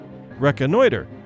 reconnoiter